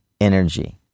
energy